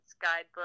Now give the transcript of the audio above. guidebook